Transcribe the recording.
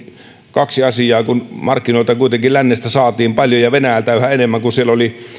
kaksi asiaa kun markkinoita kuitenkin lännestä saatiin paljon ja venäjältä yhä enemmän kun siellä oli